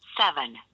seven